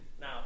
now